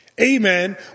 amen